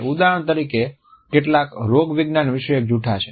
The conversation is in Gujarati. ઉદાહરણ તરીકે કેટલાક રોગ વિજ્ઞાન વિષયક જૂઠ્ઠા છે